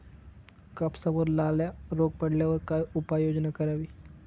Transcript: कापसावर लाल्या रोग पडल्यावर काय उपाययोजना करावी?